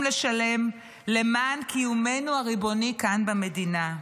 לשלם למען קיומנו הריבוני כאן במדינה.